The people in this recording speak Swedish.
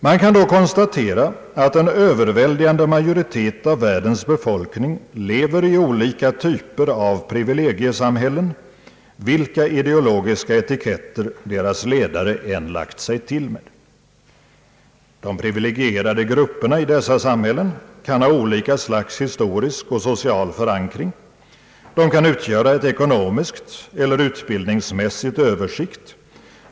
Det kan då konstateras att en överväldigande majoritet av världens befolkning lever i olika typer av privilegiesamhällen, vilka ideologiska etiketter deras ledare än lagt sig till med. De privilegierade grupperna i dessa samhällen kan ha olika slags historisk och social förankring. De kan utgöra ett ekonomiskt eller utbildningsmässigt överskikt.